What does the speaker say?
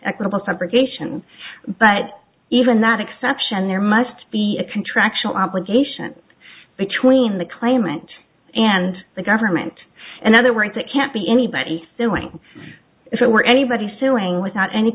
equitable subrogation but even that exception there must be a contractual obligation between the claimant and the government and other work that can't be anybody doing if it were anybody suing without any